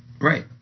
Right